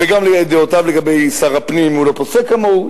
וגם את דעותיו לגבי שר הפנים אם הוא לא פוסק כמוהו.